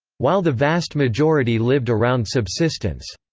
while the vast majority lived around subsistence,